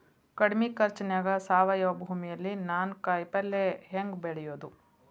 ಕಡಮಿ ಖರ್ಚನ್ಯಾಗ್ ಸಾವಯವ ಭೂಮಿಯಲ್ಲಿ ನಾನ್ ಕಾಯಿಪಲ್ಲೆ ಹೆಂಗ್ ಬೆಳಿಯೋದ್?